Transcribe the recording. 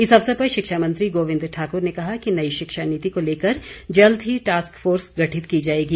इस अवसर पर शिक्षा मंत्री गोविंद ठाकुर ने कहा कि नई शिक्षा नीति को लेकर जल्द ही टॉस्क फोर्स गठित की जाएगी